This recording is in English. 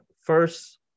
first